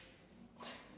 you know me ah